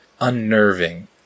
unnerving